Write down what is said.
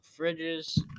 fridges